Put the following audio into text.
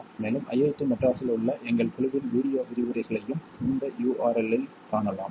மேலும் ஐஐடி மெட்ராஸில் உள்ள எங்கள் குழுவின் வீடியோ விரிவுரைகளையும் இந்த url இல் காணலாம்